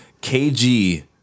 KG